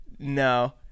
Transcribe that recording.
No